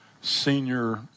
senior